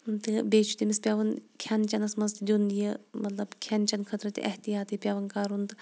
تہٕ بیٚیہِ چھُ تٔمِس پیٚوان کھیٚن چیٚنَس مَنٛز تہِ دیُن یہِ مَطلَب کھیٚن چیٚنہٕ خٲطرٕ تہٕ احتیاطٕے پیٚوان کَرُن تہٕ